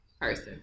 person